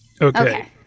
Okay